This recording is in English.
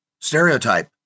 stereotype